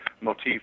motif